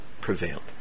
prevailed